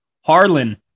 Harlan